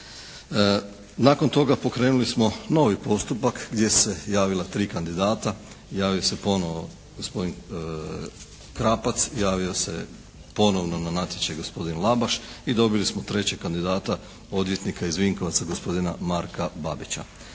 Nakon toga pokrenuli smo novi postupak gdje su se javila tri kandidata, javio se ponovo gospodin Krapac, javio se ponovno na natječaj gospodin Labaš i dobili smo trećeg kandidata odvjetnika iz Vinkovaca, gospodina Mara Babića.